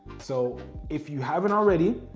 so if you haven't already,